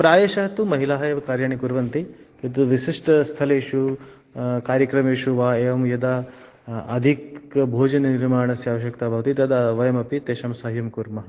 प्रायशः तु महिलाः एव कार्याणि कुर्वन्ति किन्तु विशिष्टस्थलेषु कार्यक्रमेषु वा एवं यदा अधिकभोजननिर्माणस्य आवश्यकता भवति तदा वयमपि तासां साहाय्यं कुर्मः